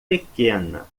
pequena